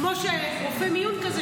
כמו רופא מיון כזה,